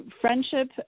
friendship